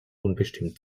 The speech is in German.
unbestimmt